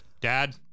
Dad